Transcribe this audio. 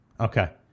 Okay